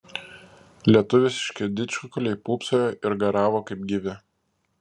lietuviški didžkukuliai pūpsojo ir garavo kaip gyvi